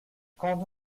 quand